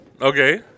Okay